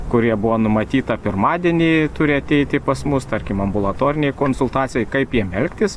kurie buvo numatyta pirmadienį turi ateiti pas mus tarkim ambulatorinei konsultacijai kaip jiem elgtis